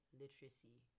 literacy